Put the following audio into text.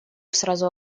сразу